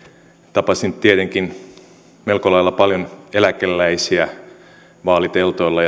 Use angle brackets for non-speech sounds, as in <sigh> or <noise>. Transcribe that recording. tapasin tietenkin melko lailla paljon eläkeläisiä vaaliteltoilla <unintelligible>